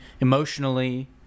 emotionally